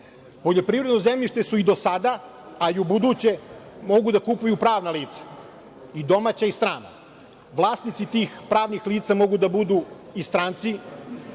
Poljoprivredno zemljište su i do sada, a i buduće mogu da kupuju pravna lica, i domaća, i strana. Vlasnici tih pravnih lica mogu da budu i stranci,